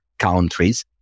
Countries